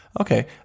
Okay